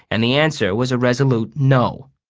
and the answer was a resolute no.